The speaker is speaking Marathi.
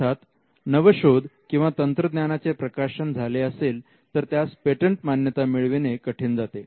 अर्थात नवशोध किंवा तंत्रज्ञानाचे प्रकाशन झाले असेल तर त्यास पेटंट मान्यता मिळविणे कठीण जाते